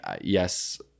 Yes